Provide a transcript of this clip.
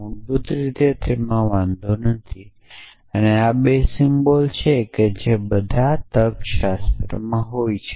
મૂળભૂત રીતે તેમાં વાંધો નથી તે આ 2 સિમ્બલ્સ છે જે બધા તર્કશાસ્ત્રમાં હોય છે